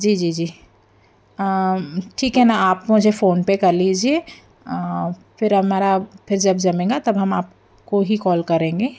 जी जी जी ठीक है ना आप मुझे फोन पे कल लीज़िए फिर हमारा फिर जब जमेगा तब हम आपको ही कौल करेंगे